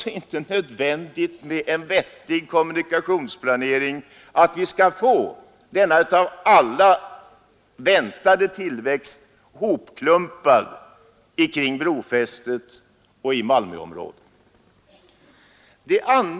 Med en vettig kommunikationsplanering är det alltså inte nödvändigt att vi skall få all denna väntade tillväxt hopklumpad kring brofästet i Malmöområdet.